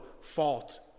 fault